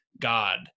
God